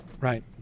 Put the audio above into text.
right